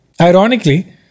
Ironically